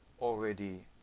already